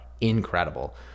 incredible